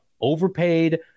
overpaid